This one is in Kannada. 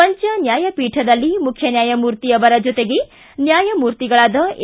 ಪಂಚನ್ವಾಯ ಪೀಠದಲ್ಲಿ ಮುಖ್ಯನ್ಯಾಯಮೂರ್ತಿ ಅವರ ಜತೆಗೆ ನ್ಯಾಯಮೂರ್ತಿಗಳಾದ ಎ